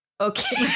Okay